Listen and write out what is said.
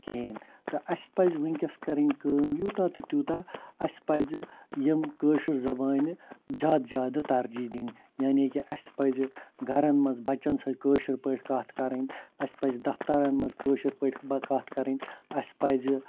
کِہیٖنٛۍ تہٕ اَسہِ پَزِ وُنکٮ۪س کَرٕنۍ کٲم یوٗتاہ تہٕ تیٛوٗتاہ اَسہِ پَزِ یِم کٲشِر زبانہِ زیادٕ زیادٕ ترجیح دِنۍ یعنی کہِ اَسہِ پَزِ گَرَن مَنٛز بَچَن سۭتۍ کٲشر پٲٹھۍ کتھ کَرٕنۍ اَسہِ پَزِ دَفتَرَن مَنٛز کٲشِر پٲٹھۍ کتھ کَرٕنۍ اَسہِ پَزِ